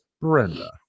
Brenda